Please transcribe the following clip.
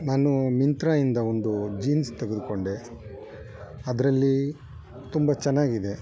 ನಾನು ಮಿಂತ್ರದಿಂದ ಒಂದು ಜೀನ್ಸ್ ತೆಗೆದುಕೊಂಡೆ ಅದರಲ್ಲಿ ತುಂಬ ಚೆನ್ನಾಗಿದೆ